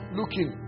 looking